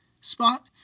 spot